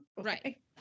Right